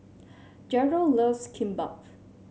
Jeryl loves Kimbap